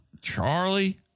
Charlie